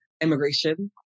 immigration